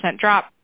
drop